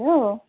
hello